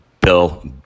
Bill